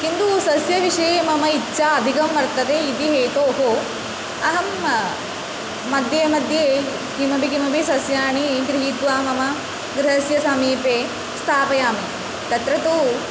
किन्तु सस्यविषये मम इच्छा अधिका वर्तते इति हेतोः अहं मध्ये मध्ये किमपि किमपि सस्यानि गृहीत्वा मम गृहस्य समीपे स्थापयामि तत्र तु